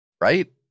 Right